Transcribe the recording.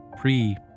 pre